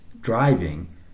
driving